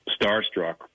starstruck